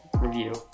review